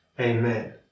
Amen